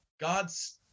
god's